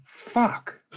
Fuck